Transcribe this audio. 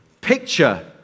picture